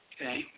Okay